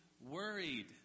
worried